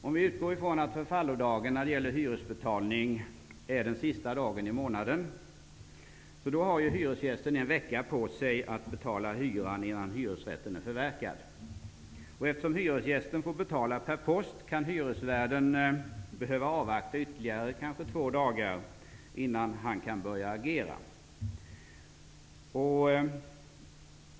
Om förfallodagen när det gäller hyresbetalning är den sista dagen i månaden har hyresgästen en vecka på sig att betala hyran innan hyresrätten är förverkad. Eftersom hyresgästen får betala per post, kan hyresvärden behöva avvakta ytterligare ett par dagar innan han kan börja agera.